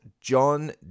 John